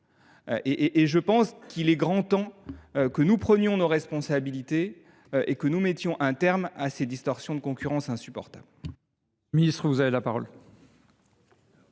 déloyale. Il est grand temps que nous prenions nos responsabilités et que nous mettions un terme à ces distorsions de concurrence insupportables.